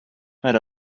made